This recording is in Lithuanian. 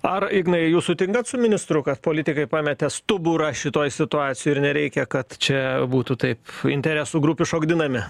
ar ignai jūs sutinkat su ministru kad politikai pametė stuburą šitoj situacijoj ir nereikia kad čia būtų taip interesų grupių šokdinami